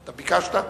אתה ביקשת?